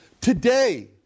Today